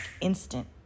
instant